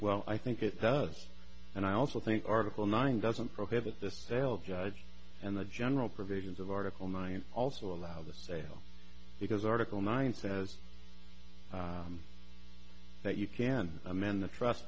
well i think it does and i also think article nine doesn't prohibit this stale judge and the general provisions of article nine also allow the sale because article nine says that you can amend the trust